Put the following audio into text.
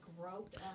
groped